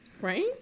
Right